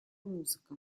музыка